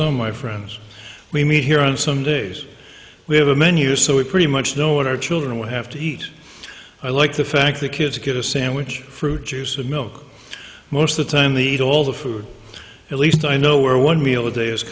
some my friends we meet here on some days we have a menu so it pretty much know what our children will have to eat i like the fact the kids get a sandwich fruit juice and milk most of the time the eat all the food at least i know where one meal a day is